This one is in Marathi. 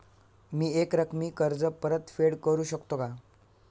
मी एकरकमी कर्ज परतफेड करू शकते का?